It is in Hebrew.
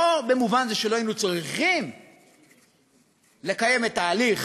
לא במובן זה שלא היינו צריכים לקיים את ההליך